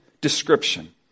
description